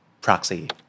Proxy